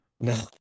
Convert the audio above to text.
No